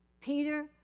Peter